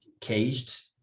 caged